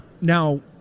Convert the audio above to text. Now